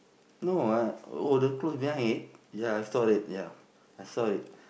no what oh the clothes behind it ya I saw it ya I saw it